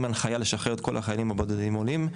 הנחיה לשחרר את כל החיילים הבודדים עולים.